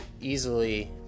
easily